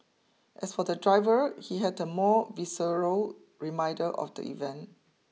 as for the driver he had a more visceral reminder of the event